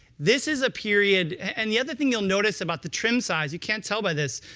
this is a period and the other thing you'll notice about the trim size, you can't tell by this,